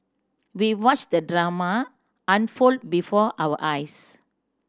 we watched the drama unfold before our eyes